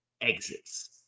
exits